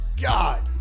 God